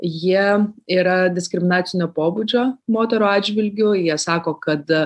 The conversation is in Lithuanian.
jie yra diskriminacinio pobūdžio moterų atžvilgiu jie sako kad